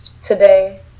today